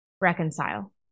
reconcile